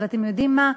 אבל אתם יודעים מה?